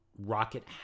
rocket